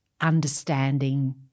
understanding